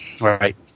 Right